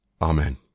Amen